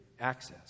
access